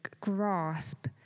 grasp